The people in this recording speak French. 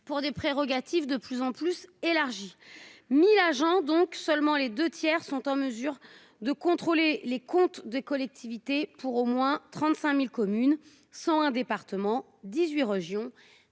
pour des prérogatives de plus en plus élargie. 1000 agents donc seulement les 2 tiers sont en mesure de contrôler les comptes des collectivités pour au moins 35.000 communes, 101 départements, 18 région